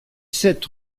sept